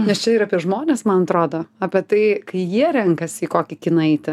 nes čia ir apie žmones man atrodo apie tai kai jie renkasi į kokį kiną eiti